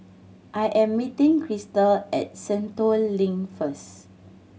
I am meeting Chrystal at Sentul Link first